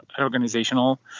organizational